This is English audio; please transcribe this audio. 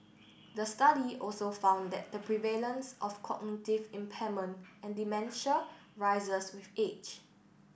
the study also found that the prevalence of cognitive impairment and dementia rises with age